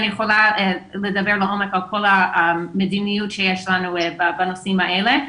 אני יכולה לדבר לעומק על כל המדיניות שיש לנו בנושאים האלה,